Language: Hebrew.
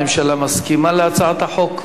הממשלה מסכימה להצעת החוק?